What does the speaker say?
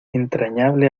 entrañable